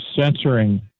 censoring